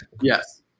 Yes